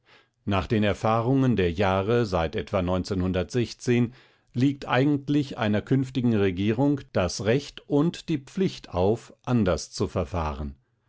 nach den erfahrungen der jahre seit etwa liegt eigentlich einer künftigen regierung das recht und die pflicht auf anders zu verfahren